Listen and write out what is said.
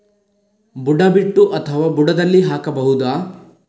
ಬುಡ ಬಿಟ್ಟು ಅಥವಾ ಬುಡದಲ್ಲಿ ಹಾಕಬಹುದಾ?